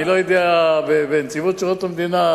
אני לא יודע בדיוק מה קורה בנציבות שירות המדינה.